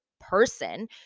person